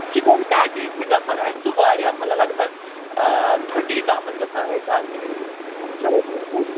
chicken patties تہِ گژھن اَسہِ سُہ واریاہ مطلب لگ بھگ تھٲرٹی تامَتھ گژھن اَسہِ آسٕنۍ چلو ٹھیٖک چھُ حظ